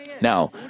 Now